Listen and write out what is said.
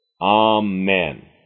Amen